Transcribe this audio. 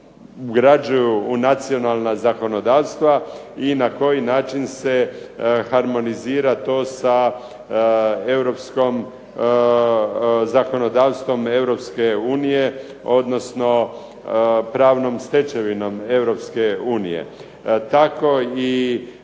ugrađuju u nacionalna zakonodavstva i na koji način se harmonizira to sa zakonodavstvom Europske unije, odnosno pravnom stečevinom Europske unije. Tako i